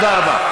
תודה רבה.